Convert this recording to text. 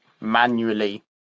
manually